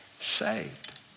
saved